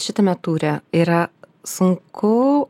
šitame ture yra sunku